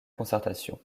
concertation